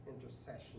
intercession